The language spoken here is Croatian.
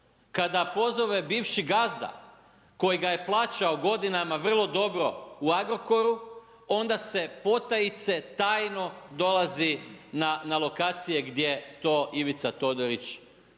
kada pozove bivši gazda kojega je plaćao godinama vrlo dobro u Agrokoru, onda se potajice, tajno dolazi na lokacije gdje to Ivica Todorić kaže.